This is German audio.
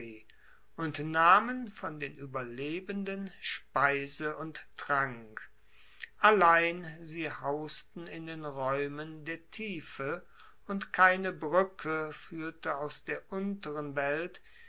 und nahmen von den ueberlebenden speise und trank allein sie hausten in den raeumen der tiefe und keine bruecke fuehrte aus der unteren welt